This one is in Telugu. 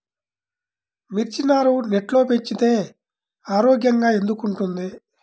మిర్చి నారు నెట్లో పెంచితే ఆరోగ్యంగా ఎందుకు ఉంటుంది?